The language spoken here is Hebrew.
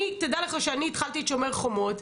תדע לך שאני התחלתי את שומר חומות,